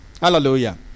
Hallelujah